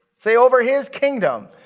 say, over his kingdom.